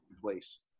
place